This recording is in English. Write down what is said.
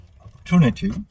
opportunity